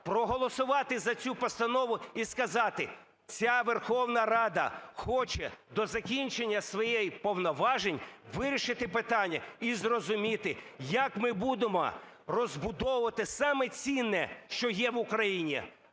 проголосувати за цю постанову і сказати, ця Верховна Рада хоче до закінчення своїх повноважень вирішити питання і зрозуміти, як ми будемо розбудовувати саме цінне, що є в Україні